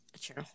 true